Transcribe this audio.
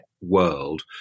world